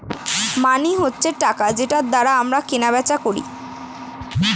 মানি হচ্ছে টাকা যেটার দ্বারা আমরা কেনা বেচা করি